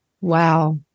Wow